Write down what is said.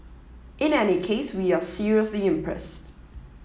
in any case we are seriously impressed